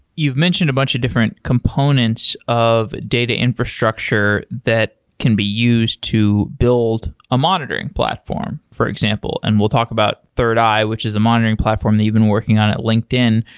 you've mentioned a bunch of different components of data infrastructure that can be used to build a monitoring platform, for example. and we'll talk about thirdeye, which is a monitoring platform that you've been working on at linkedin.